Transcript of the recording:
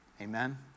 amen